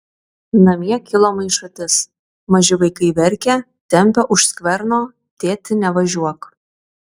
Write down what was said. namie kilo maišatis maži vaikai verkia tempia už skverno tėti nevažiuok